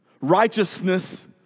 righteousness